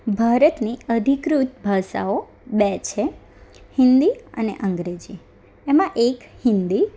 ભારતની અધિકૃત ભાષાઓ બે છે હિન્દી અને અંગ્રેજી એમાં એક હિન્દી